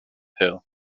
hill